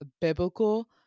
biblical